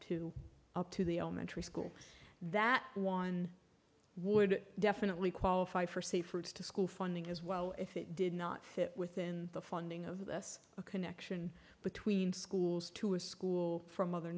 to up to the elementary school that one would definitely qualify for safe routes to school funding as well if it did not fit within the funding of this connection between schools to a school from other